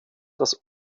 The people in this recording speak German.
das